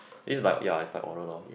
it's like ya is like oral loh